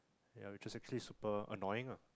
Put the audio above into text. ya which is actually super annoying ah